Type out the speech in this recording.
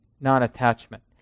non-attachment